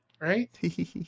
right